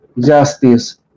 Justice